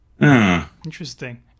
interesting